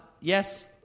yes